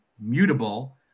mutable